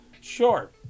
Sure